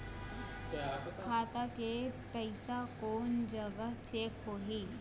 खाता के पैसा कोन जग चेक होही?